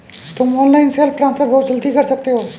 तुम online self transfer बहुत जल्दी कर सकते हो